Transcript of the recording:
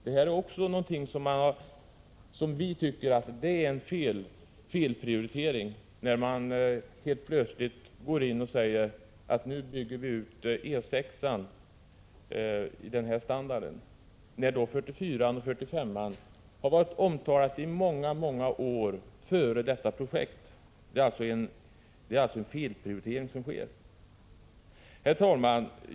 Det är också någonting som gör att vi tycker att det är en felprioritering när man plötsligt säger att nu bygger vi ut E 6 i den här standarden — när 44-an och 45-an har varit omtalade i många år före detta projekt. Det är alltså en felprioritering som sker. Herr talman!